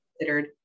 considered